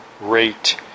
rate